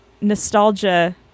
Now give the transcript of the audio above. nostalgia